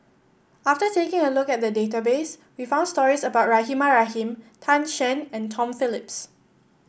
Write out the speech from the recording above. after taking a look at the database we found stories about Rahimah Rahim Tan Shen and Tom Phillips